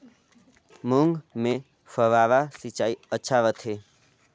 मूंग मे फव्वारा सिंचाई अच्छा रथे?